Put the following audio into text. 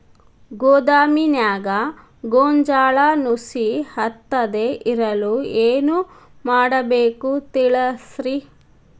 ಗೋದಾಮಿನ್ಯಾಗ ಗೋಂಜಾಳ ನುಸಿ ಹತ್ತದೇ ಇರಲು ಏನು ಮಾಡಬೇಕು ತಿಳಸ್ರಿ